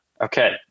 Okay